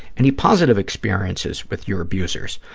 any positive experiences with your abusers?